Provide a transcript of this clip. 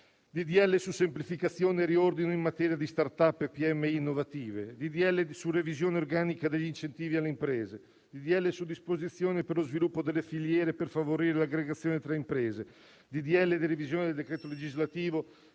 sulla semplificazione e sul riordino in materia di *start-up* e PMI innovative, sulla revisione organica degli incentivi alle imprese, sulle disposizioni per lo sviluppo delle filiere per favorire l'aggregazione tra imprese e per la revisione del decreto legislativo